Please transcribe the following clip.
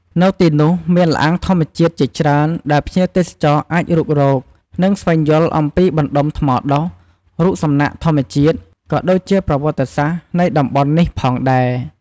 នៅទីនោះមានល្អាងធម្មជាតិជាច្រើនដែលភ្ញៀវទេសចរអាចរុករក និងស្វែងយល់អំពីបណ្តុំថ្មដុះ រូបសំណាកធម្មជាតិ ក៏ដូចជាប្រវត្តិសាស្រ្តនៃតំបន់នេះផងដែរ។